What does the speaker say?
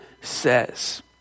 says